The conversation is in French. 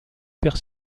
perd